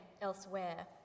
elsewhere